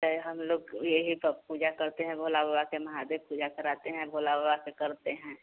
तो हम लोग यही पे पूजा करते हैं भोला बाबा के महादेव पूजा कराते हैं भोला बाबा के करते हैं